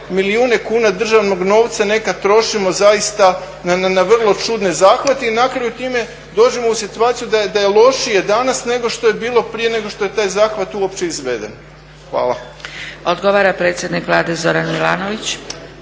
milijune kuna državnog novca nekad trošimo zaista na vrlo čudne zahvate i na kraju time dođemo u situaciju da je lošije danas nego što je bilo prije nego što je taj zahvat uopće izveden. Hvala. **Zgrebec, Dragica (SDP)** Odgovara predsjednik Vlade Zoran Milanović.